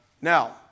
Now